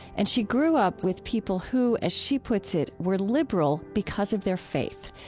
and she grew up with people who, as she puts it, were liberal because of their faith,